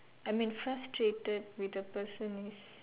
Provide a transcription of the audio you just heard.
I mean frustrated with the person means